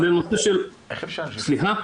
סליחה?